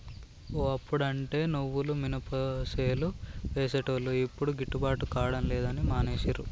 ఓ అప్పుడంటే నువ్వులు మినపసేలు వేసేటోళ్లు యిప్పుడు గిట్టుబాటు కాడం లేదని మానేశారు